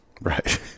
Right